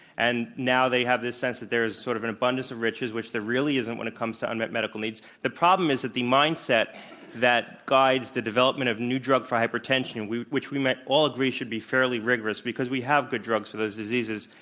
and now, they have the sense that there is sort of and abundance of riches, which there really isn't, when it comes to unmetmedical needs. the problem is that the mindset that guides the development of new drug for hypertension, and which we might all agree should be fairly rigorous, because we have good drugs for those diseases,